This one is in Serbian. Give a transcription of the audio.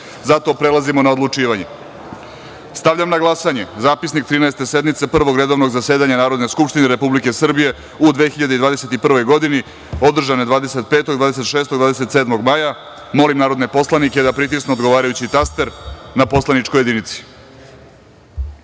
zapisnike. Prelazimo na odlučivanje. Stavljam na glasanje zapisnik Trinaeste sednice Prvog redovnog zasedanja Narodne skupštine Republike Srbije u 2021. godini, održane 25, 26. i 27. maja. Molim narodne poslanike da pritisnu odgovarajući taster na poslaničkoj